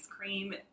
cream